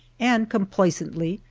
and complacently,